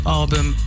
album